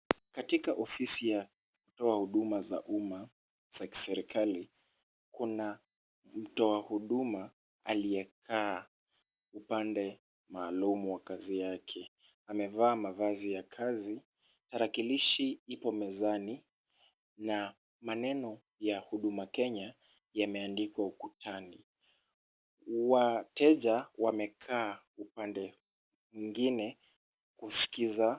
Katika ofisi ya kutoa huduma za umma za kiserekali kuna mtu wa huduma aliyekaa upande maalum wa kazi yake. Amevaa mavazi ya kazi, tarakilishi ipo mezani na maneno ya huduma kenya yameandikwa ukutani. Wateja wamekaa upande mwingine kuskiza.